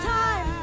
time